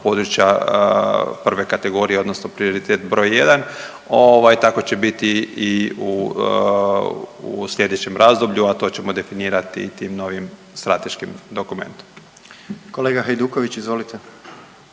područja prve kategorije odnosno prioritet broj 1 ovaj tako će biti i u slijedećem razdoblju, a to ćemo definirati i tim novim strateškim dokumentom. **Jandroković, Gordan